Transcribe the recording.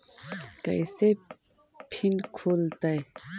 कैसे फिन खुल तय?